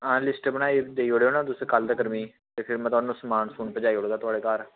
आं लिस्ट बनाई तुस देई ओड़ेओ ना कल्ल तगर मिगी ते में थाह्नूं समान पुज्जाई देई ओड़गा थुआढ़े घर